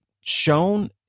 shown